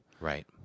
Right